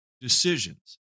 decisions